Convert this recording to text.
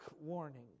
warning